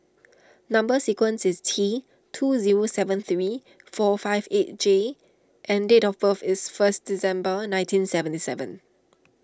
Number Sequence is T two zero seven three four five eight J and date of birth is first December nineteen seventy seven